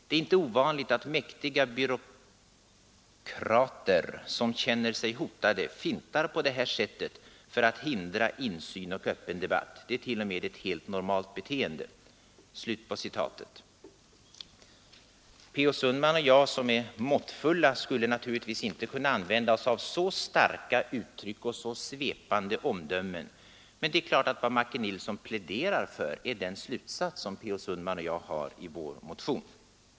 Det är inte ovanligt att mäktiga byråkratier, som känner sig hotade, fintar på det här sättet för att hindra insyn och öppen debatt. Det är till och med ett helt normalt beteende.” Per-Olof Sundman och jag, som är måttfulla, skulle naturligtvis inte kunna använda så starka uttryck och så svepande omdömen, men det är klart att vad Macke Nilsson pläderar för är den slutsats som herr Sundman och jag drar i vår motion.